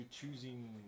choosing